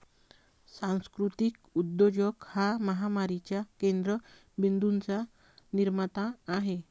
सांस्कृतिक उद्योजक हा महामारीच्या केंद्र बिंदूंचा निर्माता आहे